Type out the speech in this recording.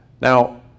Now